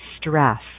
stress